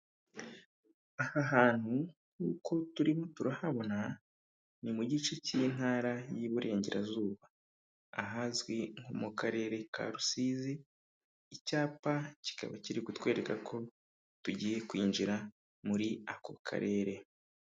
Aha hantu nkuko turimo turahabona ni mu gice cy'intara y'Iburengerazuba, ahazwi nko mu karere ka Rusizi. Icyapa kikaba kiri kutwereka ko tugiye kwinjira muri ako karere.